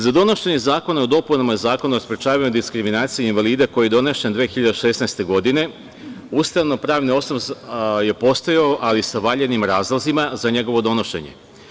Za donošenje zakona o dopunama Zakona o sprečavanju i diskriminaciji invalida koji je donesen 2016. godine ustavno-pravni osnov je postajao, ali sa valjanim razlozima za njegovo donošenje.